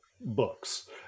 books